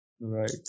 right